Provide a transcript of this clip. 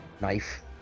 knife